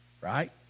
right